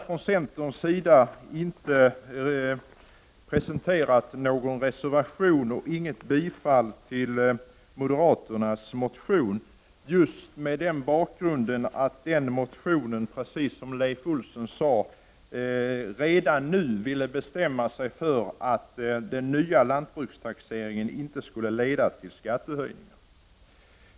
Från centerns sida har vi inte avgett någon reservation och inte heller yrkat bifall till moderaternas motion just med tanke på att man i denna motion — precis som Leif Olsson sade — redan nu vill ha ett beslut om att den nya lantbrukstaxeringen inte skall leda till skattehöjningar.